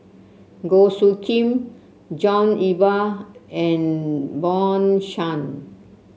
Goh Soo Khim John Eber and Bjorn Shen